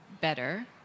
better